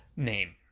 name.